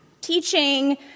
teaching